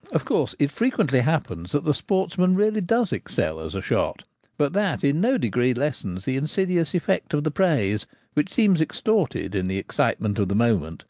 of course it frequently happens that the sportsman really does excel as a shot but that in no degree lessens the insidious effect of the praise which seems extorted in the excitement of the moment,